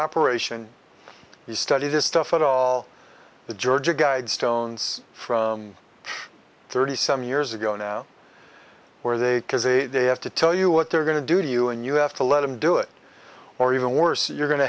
operation you study this stuff and all the georgia guidestones from thirty some years ago now where they say they have to tell you what they're going to do to you and you have to let them do it or even worse you're going to